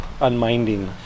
unminding